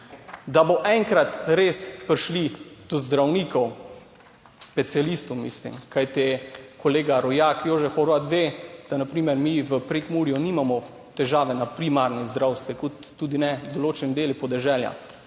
da bo enkrat res prišli do zdravnikov, specialistov mislim. Kajti, kolega rojak Jožef Horvat ve, da na primer mi v Prekmurju nimamo težave na primarnem zdravstvu kot tudi ne določen del podeželja.